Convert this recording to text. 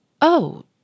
Oh